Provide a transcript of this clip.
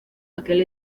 aquel